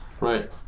Right